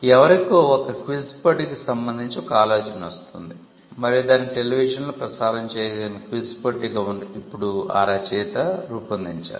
ఎవరికో ఒక క్విజ్ పోటీకి సంబంధించి ఒక ఆలోచన వస్తుంది మరియు దాన్ని టెలివిజన్లో ప్రసారం చేయదగిన క్విజ్ పోటీగా ఇప్పుడు ఈ రచయిత రూపొందించారు